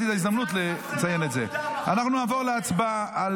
יאללה, אז בואו נעבור להצבעה.